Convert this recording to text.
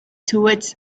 towards